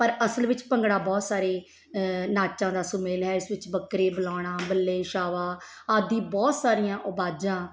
ਪਰ ਅਸਲ ਵਿੱਚ ਭੰਗੜਾ ਬਹੁਤ ਸਾਰੇ ਨਾਚਾਂ ਦਾ ਸੁਮੇਲ ਹੈ ਇਸ ਵਿੱਚ ਬੱਕਰੇ ਬੁਲਾਉਣਾ ਬੱਲੇ ਸ਼ਾਵਾ ਆਦਿ ਬਹੁਤ ਸਾਰੀਆਂ ਆਵਾਜ਼ਾਂ